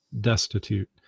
destitute